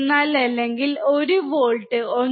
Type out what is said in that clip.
04 അല്ലെങ്കിൽ 1 വോൾട്ട് 1